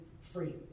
free